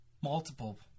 multiple